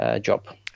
job